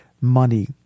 money